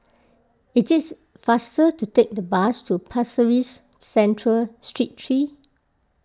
it is faster to take the bus to Pasir Ris Central Street three